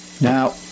Now